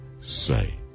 say